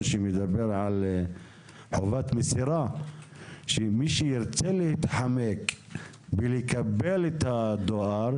שמדבר על חובת מסירה כך שמי שירצה להתחמק מלקבל את הדואר,